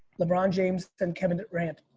lebron james and kevin durant.